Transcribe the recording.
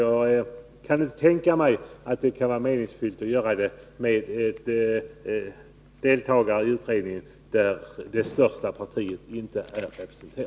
Jag kan inte tänka mig att det är meningsfullt att göra det om det största partiet inte är representerat bland deltagarna i utredningen.